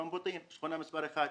שכונה מספר 1,